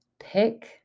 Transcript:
Pick